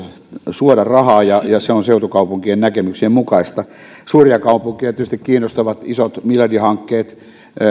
suoraa rahaa ja se on seutukaupunkien näkemyksien mukaista suuria kaupunkeja tietysti kiinnostavat isot miljardihankkeet